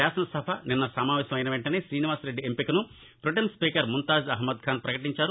శాసనసభ నిన్న సమావేశం అయిన వెంటనే శ్రీనివాసరెడ్డి ఎంపికను ప్రొటెం స్పీకర్ ముంతాజ్ అహ్నద్ఖాన్ పకటించారు